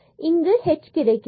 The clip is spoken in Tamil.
இங்கு h கிடைக்கிறது